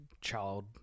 child